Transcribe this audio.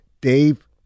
Dave